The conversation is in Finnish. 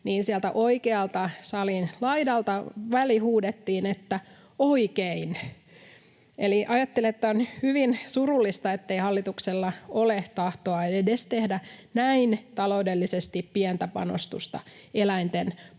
salin oikealta laidalta välihuudettiin ”oikein”. Ajattelen, että on hyvin surullista, ettei hallituksella ole tahtoa tehdä edes taloudellisesti näin pientä panostusta eläinten puolesta.